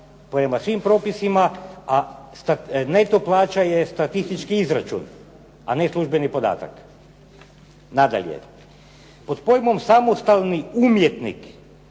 prema svim propisima, a neto plaća je statistički izračun, a ne službeni podatak. Nadalje, pod pojmom samostalni umjetnik